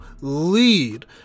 lead